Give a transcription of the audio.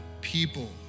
people